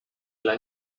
dla